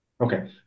okay